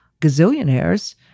gazillionaires